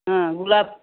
हा गुलाब